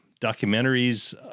documentaries